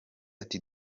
ati